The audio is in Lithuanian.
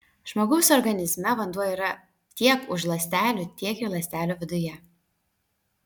žmogaus organizme vanduo yra tiek už ląstelių tiek ir ląstelių viduje